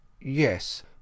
Yes